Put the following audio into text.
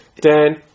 Dan